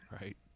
right